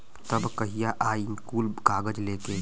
तब कहिया आई कुल कागज़ लेके?